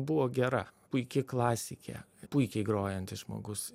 buvo gera puiki klasikė puikiai grojantis žmogus